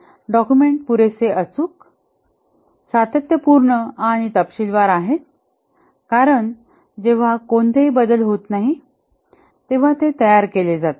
document पुरेसे अचूक सातत्य पूर्ण आणि तपशीलवार आहेत कारण जेव्हा कोणतेही बदल होत नाहीत तेव्हा ते तयार केले जातात